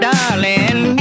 Darling